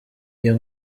iyo